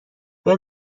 بده